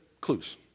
clues